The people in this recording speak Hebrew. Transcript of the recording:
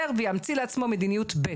גברת אנג'ל או אסף, מי מדבר?